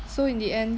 so in the end